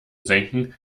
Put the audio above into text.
senken